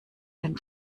den